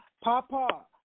Papa